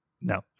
No